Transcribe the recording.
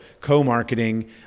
co-marketing